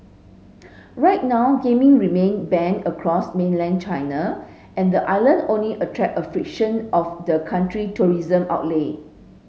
right now gaming remain banned across mainland China and the island only attract a fraction of the country tourism outlay